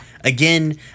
Again